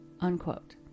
unquote